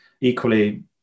Equally